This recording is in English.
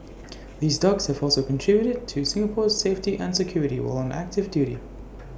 these dogs have also contributed to Singapore's safety and security while on active duty